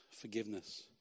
forgiveness